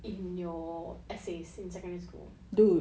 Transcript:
in your essays in secondary school